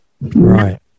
Right